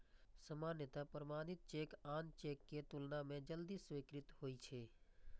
सामान्यतः प्रमाणित चेक आन चेक के तुलना मे जल्दी स्वीकृत होइ छै